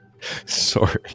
Sorry